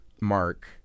Mark